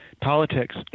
politics